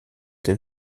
den